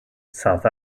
south